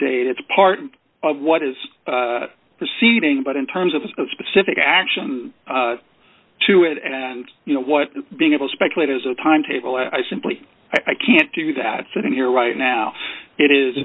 date it's part of what is proceeding but in terms of a specific action to it and you know what being able to speculate as a timetable i simply i can't do that sitting here right now it is